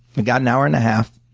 we've got an hour and a half.